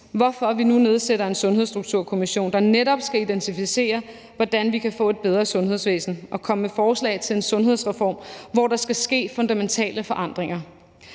hvorfor vi nu nedsætter en sundhedsstrukturkommission, der netop skal identificere, hvordan vi kan få et bedre sundhedsvæsen og komme med forslag til en sundhedsreform, hvor der skal ske fundamentale forandringer.